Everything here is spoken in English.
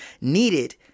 needed